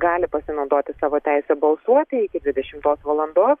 gali pasinaudoti savo teise balsuoti iki dvidešimtos valandos